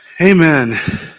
Amen